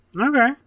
Okay